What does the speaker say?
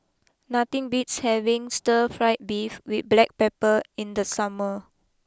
nothing beats having Stir Fry Beef with Black Pepper in the summer